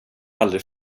aldrig